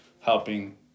helping